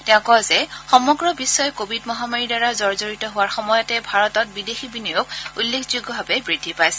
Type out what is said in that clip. তেওঁ কয় যে সমগ্ৰ বিধ্বই কোৱিড মহামাৰীৰ দ্বাৰা জৰ্জৰিত হোৱাৰ সময়তে ভাৰতত বিদেশী বিনিয়োগ উল্লেখযোগ্যভাৱে বৃদ্ধি পাইছে